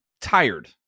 tired